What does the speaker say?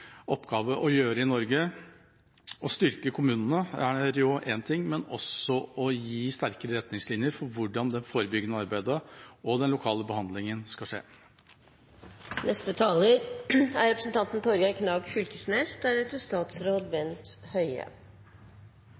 oppgave å gjøre i Norge – å styrke kommunene er én ting, men også å gi sterkere retningslinjer for hvordan det forebyggende arbeidet og den lokale behandlingen skal